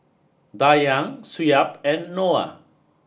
Dayang Shuib and Noah